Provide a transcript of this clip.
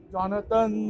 Jonathan